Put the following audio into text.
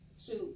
Shoot